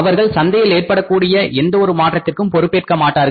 அவர்கள் சந்தையில் ஏற்படக் கூடிய எந்த ஒரு மாற்றத்திற்கும் பொறுப்பேற்க மாட்டார்கள்